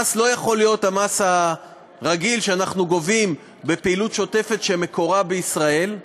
המס לא יכול להיות המס הרגיל שאנחנו גובים בפעילות שוטפת שמקורה בישראל,